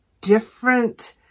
different